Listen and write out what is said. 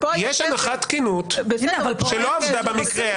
יש הנחת תקינות, שלא עבדה במקרה הזה.